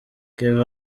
kevin